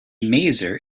maser